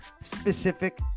specific